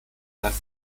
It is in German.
dass